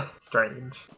strange